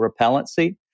repellency